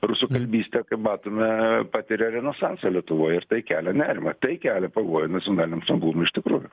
rusų kalbystė kaip matome patiria renesansą lietuvoj ir tai kelia nerimą tai kelia pavojų nacionaliniam saugumui iš tikrųjų